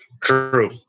True